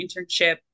internship